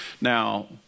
Now